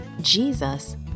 Jesus